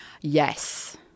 Yes